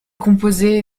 composé